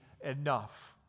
enough